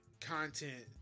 content